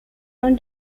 non